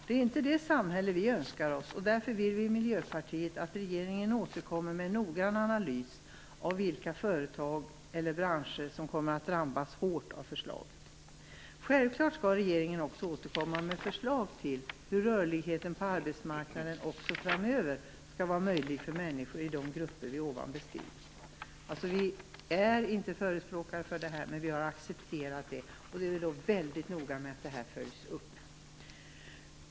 Det är inte det samhälle som vi önskar oss. Därför vill vi i Miljöpartiet att regeringen återkommer med en noggrann analys av vilka företag och/eller branscher som kommer att drabbas hårt av förslaget. Självfallet skall regeringen också återkomma med förslag till hur rörligheten på arbetsmarknaden även framöver skall vara möjlig för människor i de grupper som jag har beskrivit. Vi är alltså inte förespråkare till dessa åtgärder, men vi har accepterat dem. Vi är också väldigt noga med att åtgärderna skall följas upp.